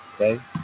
Okay